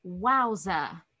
Wowza